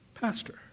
Pastor